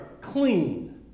clean